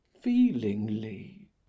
feelingly